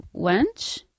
Wench